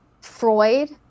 Freud